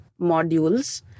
modules